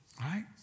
Right